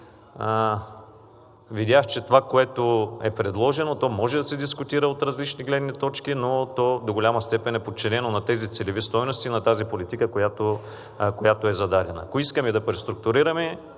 Видях, че това, което е предложено, може да се дискутира от различни гледни точки, но то до голяма степен е подчинено на тези целеви стойности, на тази политика, която е зададена. Ако искаме да преструктурираме,